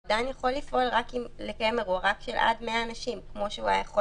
הוא עדיין יכול לקיים אירוע עם עד 100 אנשים כמו שהוא היה יכול